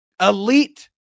Elite